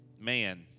Man